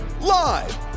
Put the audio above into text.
live